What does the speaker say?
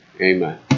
amen